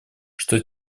что